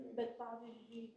bet pavyzdžiui